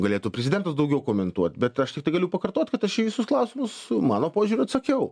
galėtų prezidentas daugiau komentuot bet aš tik tegaliu pakartot kad aš į visus klausimus mano požiūriu atsakiau